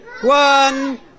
one